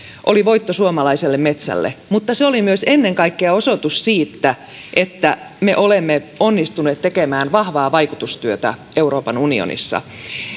oli voitto suomalaiselle metsälle mutta se oli ennen kaikkea osoitus siitä että me olemme onnistuneet tekemään vahvaa vaikutustyötä euroopan unionissa